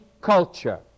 culture